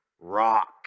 Rock